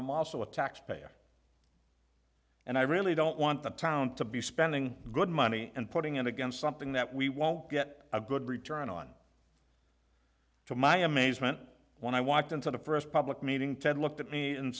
i'm also a taxpayer and i really don't want the town to be spending good money and putting in against something that we won't get a good return on to my amazement when i walked into the first public meeting ted looked at me and